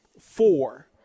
four